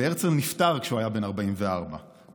והרצל נפטר כשהוא היה בן 44 בלבד.